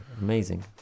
amazing